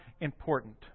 important